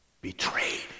betrayed